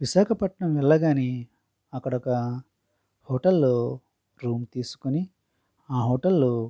విశాఖపట్నం వెళ్ళగానే అక్కడ ఒక హోటల్లో రూమ్ తీసుకొని ఆ హోటల్లో